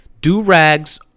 Do-rags